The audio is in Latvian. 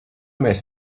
mēs